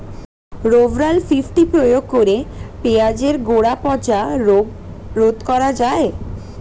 Rovral fifty প্রয়োগ করে পেঁয়াজের গোড়া পচা রোগ রোধ করা যায়?